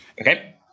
Okay